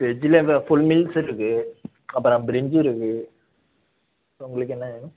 வெஜ்ஜுல் இந்த full meals இருக்குது அப்புறம் பிரிஞ்சு இருக்குது உங்களுக்கு என்ன வேணும்